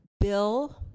Bill